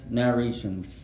narrations